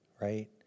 right